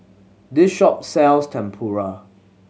this shop sells Tempura